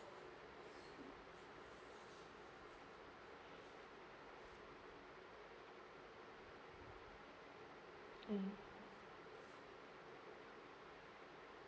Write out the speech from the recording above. mm